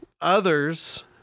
others